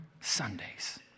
Sundays